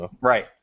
Right